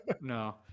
no